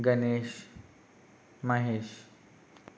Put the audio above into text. Ganesh Mahesh